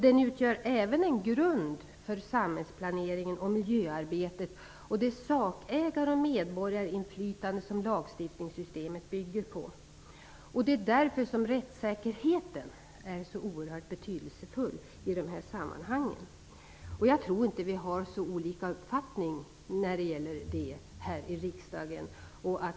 Den utgör även en grund för samhällsplaneringen och miljöarbetet och det sakägar och medborgarinflytande som lagstiftningssystemet bygger på. Det är därför som rättssäkerheten är så oerhört betydelsefull i dessa sammanhang. Jag tror inte att det är så olika uppfattningar härvidlag i riksdagen.